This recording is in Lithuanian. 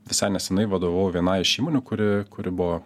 visai nesenai vadovavau vienai iš įmonių kuri kuri buvo